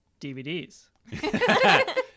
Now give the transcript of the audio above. DVDs